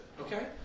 okay